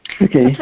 Okay